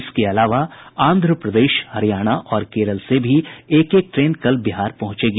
इसके अलावा आंध्र प्रदेश हरियाणा और केरल से भी एक एक ट्रेन कल बिहार पहुंचेगी